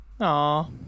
Aw